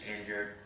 injured